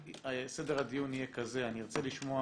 סדר הדיון יהיה כזה: אני ארצה לשמוע